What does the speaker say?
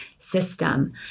system